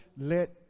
let